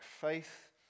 faith